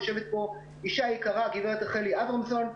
יושבת פה אישה יקרה הגברת רחלי אברמזון.